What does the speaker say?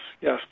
yes